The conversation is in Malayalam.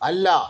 അല്ല